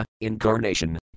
Incarnation